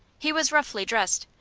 he was roughly dressed.